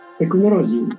technology